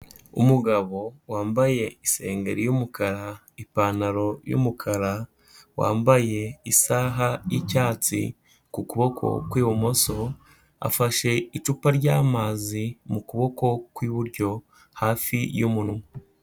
Umugabo wambaye isengeri y'umukara, ipantaro y'umukara, wambaye isaha y'icyatsi ku kuboko kw'ibumoso, afashe icupa ry'amazi mu kuboko kw'iburyo hafi y'umunwa.